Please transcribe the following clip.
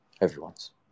Everyone's